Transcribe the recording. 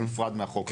בנפרד מהחוק הזה.